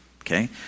okay